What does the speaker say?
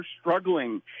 struggling